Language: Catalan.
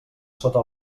sota